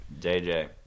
JJ